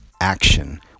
action